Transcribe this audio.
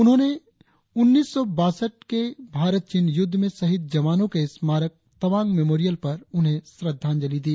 उन्होंने उन्नीस सौ बासट के भारत चीन युद्ध में शहीद जवानों के स्मारक तवांग मेमोरियल पर उन्हें श्रद्धांजली दी